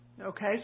Okay